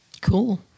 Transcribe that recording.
Cool